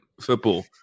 football